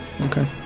Okay